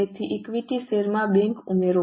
તેથી ઇક્વિટી શેરમાં બેંક ઉમેરો